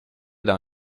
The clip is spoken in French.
dans